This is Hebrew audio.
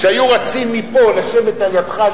שהיו רצים מפה לשבת לידך,